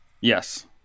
Yes